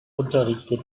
unterrichtet